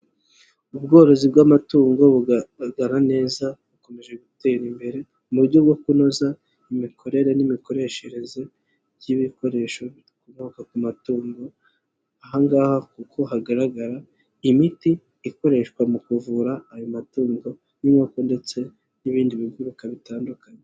Ubworozi bw'amatungo bugaragara neza bukomeje gutera imbere, mu buryo bwo kunoza imikorere n'imikoreshereze by'ibikoresho bikomoka ku matungo, aha ngaha kuko hagaragara imiti ikoreshwa mu kuvura ayo matungo y'inkoko ndetse n'ibindi biguruka bitandukanye.